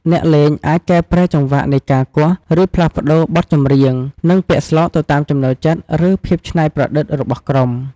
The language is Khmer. អ្នកលេងអាចកែប្រែចង្វាក់នៃការគោះ ឬផ្លាស់ប្ដូរបទចម្រៀង និងពាក្យស្លោកទៅតាមចំណូលចិត្ត ឬភាពច្នៃប្រឌិតរបស់ក្រុម។